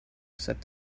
said